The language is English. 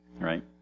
right